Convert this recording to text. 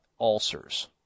ulcers